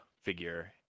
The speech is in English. figure